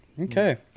Okay